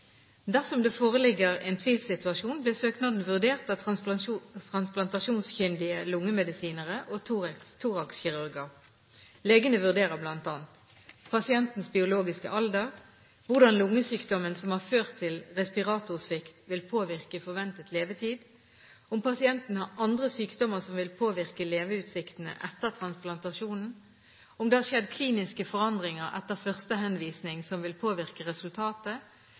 Dersom det foreligger en tvilssituasjon, blir søknaden vurdert av transplantasjonskyndige lungemedisinere og thoraxkirurger. Legene vurder bl.a.: pasientens biologiske alder hvordan lungesykdommen som har ført til respirasjonssvikt, vil påvirke forventet levetid om pasienten har andre sykdommer som vil påvirke leveutsiktene etter transplantasjonen om det har skjedd kliniske forandringer etter første henvisning som vil påvirke resultatet